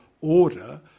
order